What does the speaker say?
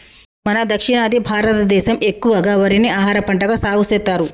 మన దక్షిణాది భారతదేసం ఎక్కువగా వరిని ఆహారపంటగా సాగుసెత్తారు